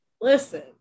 Listen